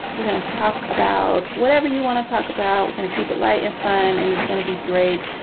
we're going to talk about whatever you want to talk about. going to keep it light and fun. and it's gonna be great.